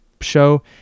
show